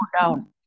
down